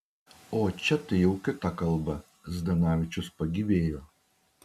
o čia tai jau kita kalba zdanavičius pagyvėjo